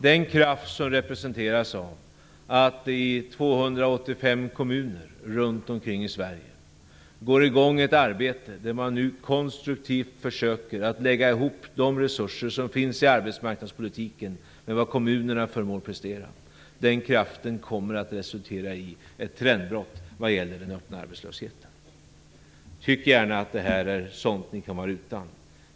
Den kraft som representeras av att det i 285 kommuner runt om i Sverige går i gång ett arbete där man nu konstruktivt försöker att lägga ihop de resurser som finns i arbetsmarknadspolitiken med vad kommunerna förmår prestera, den kraften kommer att resultera i ett trendbrott när det gäller den öppna arbetslösheten. Tyck gärna att det här är sådant som ni kan vara utan.